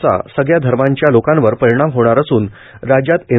चा सगळ्या धर्मांच्या लोकांवर परिणाम होणार असून राज्यात एन